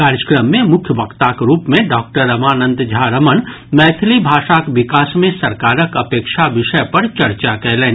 कार्यक्रम मे मुख्य वक्ताक रूप मे डॉक्टर रमानंद झा रमण मैथिली भाषाक विकास मे सरकारक अपेक्षा विषय पर चर्चा कयलनि